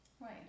Right